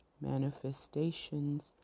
manifestations